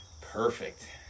Perfect